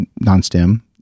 non-STEM